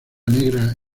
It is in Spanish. negra